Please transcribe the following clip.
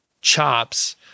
chops